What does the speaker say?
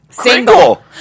Single